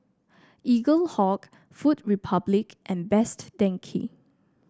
Eaglehawk Food Republic and Best Denki